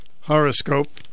horoscope